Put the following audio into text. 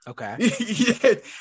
Okay